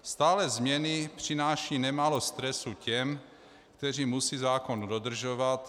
Stálé změny přinášejí nemálo stresu těm, kteří musí zákon dodržovat.